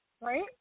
right